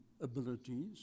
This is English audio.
abilities